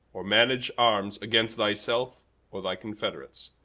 or manage arms against thyself or thy confederates,